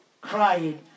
Crying